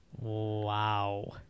Wow